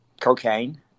cocaine